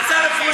המלצה רפואית.